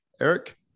Eric